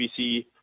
CBC